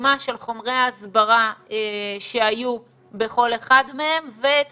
דוגמה של חומרי ההסברה שהיו בכל אחד מהם ואת